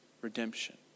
redemption